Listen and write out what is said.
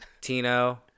Tino